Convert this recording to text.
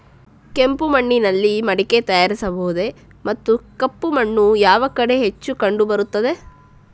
ಕೆಂಪು ಮಣ್ಣಿನಲ್ಲಿ ಮಡಿಕೆ ತಯಾರಿಸಬಹುದೇ ಮತ್ತು ಕಪ್ಪು ಮಣ್ಣು ಯಾವ ಕಡೆ ಹೆಚ್ಚು ಕಂಡುಬರುತ್ತದೆ?